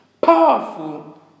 Powerful